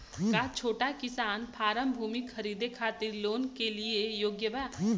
का छोटा किसान फारम भूमि खरीदे खातिर लोन के लिए योग्य बा?